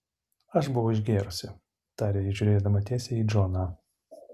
aš buvau išgėrusi tarė ji žiūrėdama tiesiai į džoną